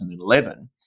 2011